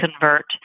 convert